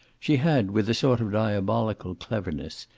she had, with a sort of diabolical cleverness,